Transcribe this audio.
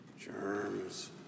germs